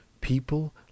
people